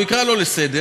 הוא יקרא אותו לסדר,